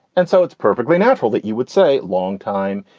and so it's perfectly natural that you would say long time.